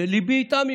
וליבי איתם,